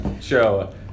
Show